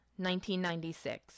1996